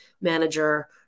manager